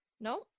No